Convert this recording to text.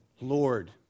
Lord